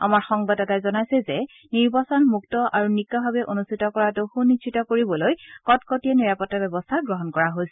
আমাৰ সংবাদদাতাই জনাইছে যে নিৰ্বাচন মুক্ত আৰু নিকাভাৱে অনুষ্ঠিত কৰাটো সুনিশ্চিত কৰিবলৈ কটকটীয়া নিৰাপত্তা ব্যৱস্থা গ্ৰহণ কৰা হৈছে